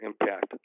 impact